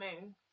moon